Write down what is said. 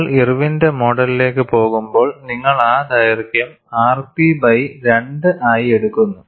നിങ്ങൾ ഇർവിന്റെ മോഡലിലേക്ക് പോകുമ്പോൾ നിങ്ങൾ ആ ദൈർഘ്യം rp ബൈ 2 ആയി എടുക്കുന്നു